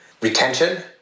retention